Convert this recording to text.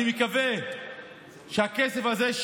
אני מקווה שהכסף הזה,